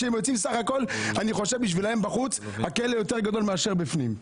כשהם יוצאים סך הכול אני חושב שבשבילם הכלא יותר גדול בחוץ מאשר בפנים.